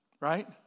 right